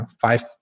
five